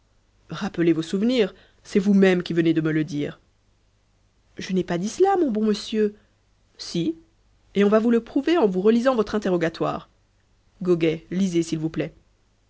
rappelez vos souvenirs c'est vous-même qui venez de me le dire je n'ai pas dit cela mon bon monsieur si et on va vous le prouver en vous relisant votre interrogatoire goguet lisez s'il vous plaît